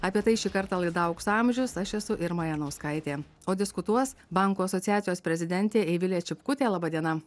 apie tai šį kartą laida aukso amžiaus aš esu irma janauskaitė o diskutuos bankų asociacijos prezidentė eivilė čipkutė laba diena